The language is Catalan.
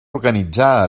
organitzar